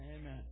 Amen